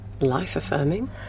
Life-affirming